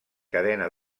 cadena